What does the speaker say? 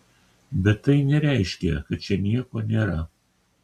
bet tai nereiškia kad čia nieko nėra